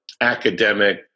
academic